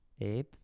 Abe